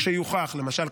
למשל,